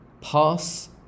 Pass